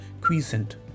quiescent